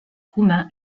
roumain